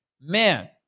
Man